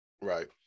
Right